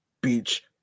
Beach